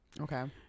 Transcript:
okay